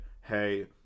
hey